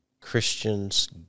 Christians